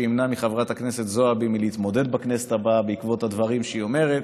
שימנע מחברת הכנסת זועבי להתמודד בכנסת הבאה בעקבות הדברים שהיא אומרת.